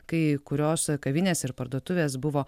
kai kurios kavinės ir parduotuvės buvo